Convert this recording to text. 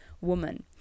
woman